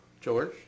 George